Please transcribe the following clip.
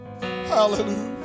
Hallelujah